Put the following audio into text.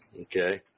okay